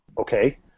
Okay